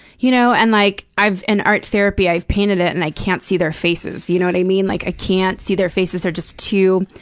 you know and like in art therapy, i've painted it and i can't see their faces, you know what i mean? like, i can't see their faces, they're just too.